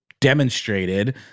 demonstrated